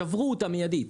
שברו אותם מיידית.